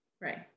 Right